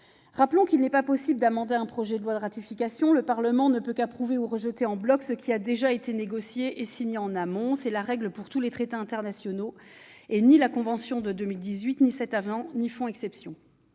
Rappelons qu'il n'est pas possible d'amender un projet de loi de ratification : le Parlement ne peut qu'approuver ou rejeter en bloc ce qui a déjà été négocié et signé en amont. C'est la règle pour tous les traités internationaux. Ni la convention de 2018 ni cet avenant n'y font exception.